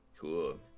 cool